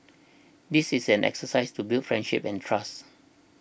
this is an exercise to build friendship and trust